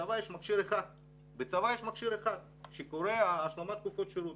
בצבא יש מכשיר אחד שנקרא השלמת תקופות שירות.